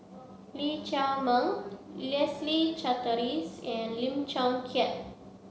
Lee Chiaw Meng Leslie Charteris and Lim Chong Keat